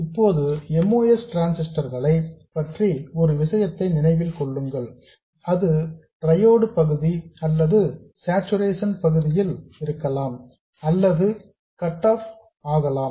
இப்போது MOS டிரான்சிஸ்டர்களை பற்றி ஒரு விஷயத்தை நினைவில் கொள்ளுங்கள் அது ட்ரையோட் பகுதி அல்லது சாச்சுரேசன் பகுதியில் இருக்கலாம் அல்லது கட் ஆஃப் ஆகலாம்